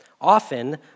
often